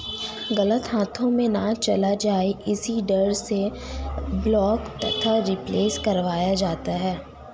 गलत हाथों में ना चला जाए इसी डर से ब्लॉक तथा रिप्लेस करवाया जाता है